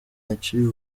yaciye